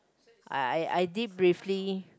I I I did briefly